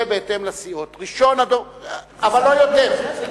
זה בהתאם לסיעות, אבל לא יותר.